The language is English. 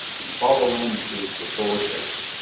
and call the landing crew to the forward exit.